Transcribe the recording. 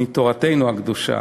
מתורתנו הקדושה.